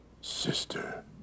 sister